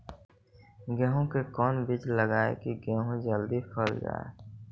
गेंहू के कोन बिज लगाई कि गेहूं जल्दी पक जाए?